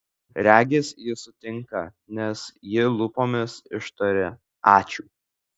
regis jis sutinka nes ji lūpomis ištaria ačiū